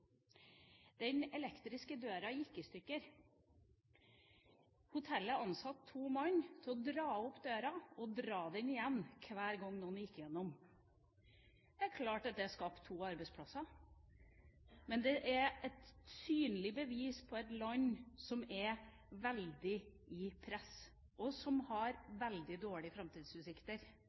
Den elektriske døra gikk i stykker. Hotellet ansatte to menn for å dra opp døra og dra den igjen hver gang noen skulle gjennom den. Det er klart at det skapte to arbeidsplasser. Men det er et synlig bevis på et land som er under et veldig press, og som har veldig dårlige framtidsutsikter.